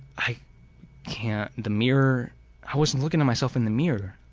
i can't, the mirror i was looking at myself in the mirror,